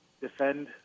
defend